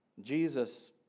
Jesus